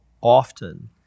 often